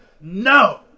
No